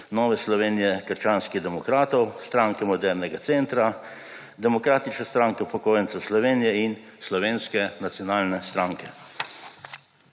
Nove Slovenije – krščanskih demokratov, Stranke modernega centra, Demokratične stranke upokojencev Slovenije in Slovenske nacionalne stranke.